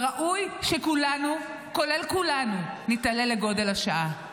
וראוי שכולנו, כולל כולנו, נתעלה לגודל השעה.